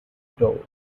door